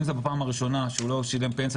אם זאת הפעם הראשונה שהוא לא שילם פנסיה,